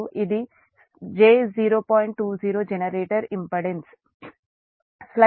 20 generator impedance